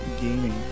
gaming